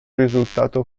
risultato